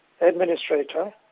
administrator